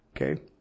Okay